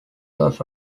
was